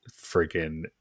freaking